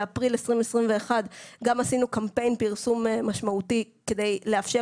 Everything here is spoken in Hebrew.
באפריל 2021 גם עשינו קמפיין פרסום משמעותי כדי לאפשר